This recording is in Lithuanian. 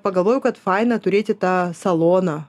pagalvojau kad faina turėti tą saloną